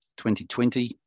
2020